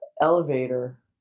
elevator